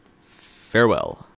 Farewell